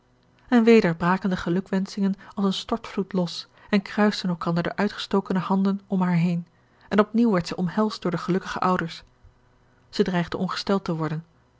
en weder braken de gelukwenschingen als een stortvloed los en kruisten elkander de uitgestokene handen om haar heen en op nieuw werd zij omhelsd door de gelukkige ouders zij dreigde george een ongeluksvogel ongesteld te worden